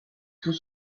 tout